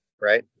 right